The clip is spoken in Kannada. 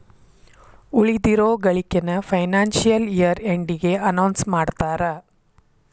ಉಳಿದಿರೋ ಗಳಿಕೆನ ಫೈನಾನ್ಸಿಯಲ್ ಇಯರ್ ಎಂಡಿಗೆ ಅನೌನ್ಸ್ ಮಾಡ್ತಾರಾ